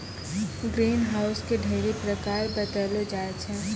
green house के ढ़ेरी प्रकार बतैलो जाय छै